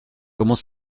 comment